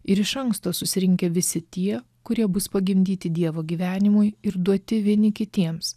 ir iš anksto susirinkę visi tie kurie bus pagimdyti dievo gyvenimui ir duoti vieni kitiems